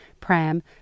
pram